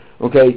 Okay